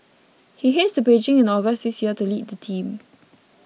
he heads to Beijing in August this year to lead the team